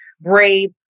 brave